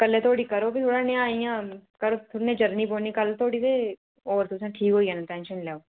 कल्लै धोड़ी करो थोह्ड़ा नेहा इ'यां थोह्ड़ी जरनी पौनी कल धोड़ी ते तुसें ठीक होई जाना टेंशन नेईं लैओ